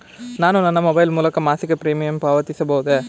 ನಾನು ನನ್ನ ಮೊಬೈಲ್ ಮೂಲಕ ಮಾಸಿಕ ಪ್ರೀಮಿಯಂ ಪಾವತಿಸಬಹುದೇ?